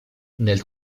nel